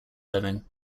living